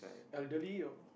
elderly or